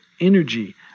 energy